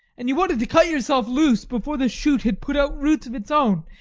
and you wanted to cut yourself loose before the shoot had put out roots of its own,